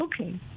Okay